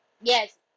Yes